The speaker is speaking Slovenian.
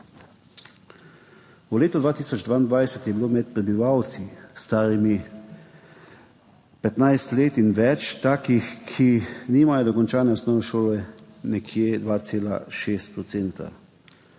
V letu 2022 je bilo med prebivalci, starimi 15 let in več, takih, ki nimajo dokončane osnovne šole, nekje 2,6 %.